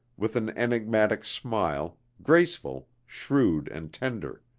with an enigmatic smile, graceful, shrewd and tender.